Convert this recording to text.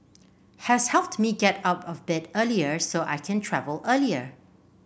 has helped me get out of bed earlier so I can travel earlier